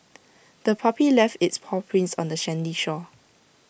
the puppy left its paw prints on the sandy shore